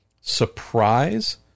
surprise